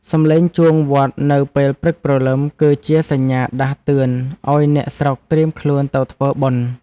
សំឡេងជួងវត្តនៅពេលព្រឹកព្រលឹម គឺជាសញ្ញាដាស់តឿនឱ្យអ្នកស្រុកត្រៀមខ្លួនទៅធ្វើបុណ្យ។